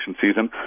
season